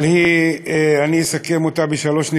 אבל היא, אני אסכם אותה בשלוש נקודות.